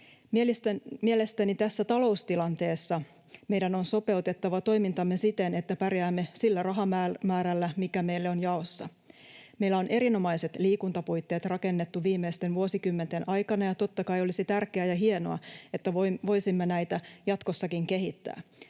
Mielestäni tässä taloustilanteessa meidän on sopeutettava toimintamme siten, että pärjäämme sillä rahamäärällä, mikä meillä on jaossa. Meillä on erinomaiset liikuntapuitteet rakennettu viimeisten vuosikymmenten aikana, ja totta kai olisi tärkeää ja hienoa, että voisimme näitä jatkossakin kehittää.